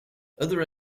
other